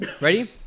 ready